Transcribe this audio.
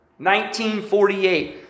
1948